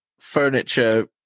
furniture